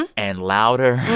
and and louder.